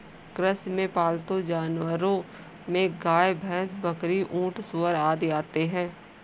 कृषि में पालतू जानवरो में गाय, भैंस, बकरी, ऊँट, सूअर आदि आते है